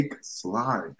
slide